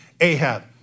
Ahab